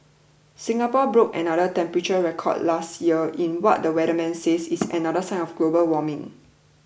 Singapore broke another temperature record last year in what the weatherman says is another sign of global warming